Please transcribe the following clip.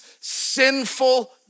sinful